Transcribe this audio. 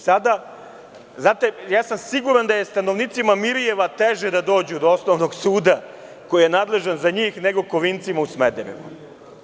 Siguran sam da je stanovnicima Mirijeva teže da dođu do osnovnog suda koji je nadležan za njih, nego Kovincima u Smederevo.